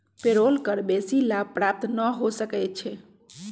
payroll कर बेशी लाभ प्राप्त न हो सकै छइ